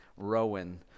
Rowan